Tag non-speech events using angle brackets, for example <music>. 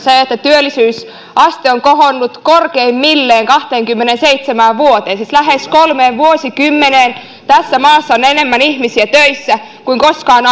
työllisyysaste on kohonnut korkeimmilleen kahteenkymmeneenseitsemään vuoteen siis lähes kolmeen vuosikymmeneen tässä maassa on enemmän ihmisiä töissä kuin koskaan <unintelligible>